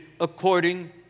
according